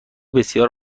بسیار